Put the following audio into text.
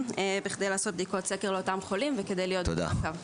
בכדי לעשות בדיקות סקר לאותם חולים וכדי להיות במעקב.